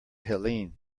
helene